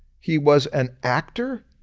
he was an actor,